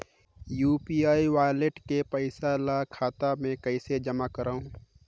UPI wallet के पईसा ल खाता मे कइसे जमा करव?